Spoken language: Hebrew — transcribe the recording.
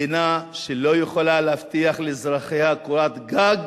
מדינה שלא יכולה להבטיח לאזרחיה קורת גג,